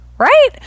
Right